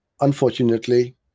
unfortunately